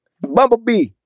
Bumblebee